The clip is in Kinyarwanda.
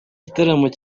igitaramo